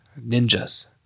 ninjas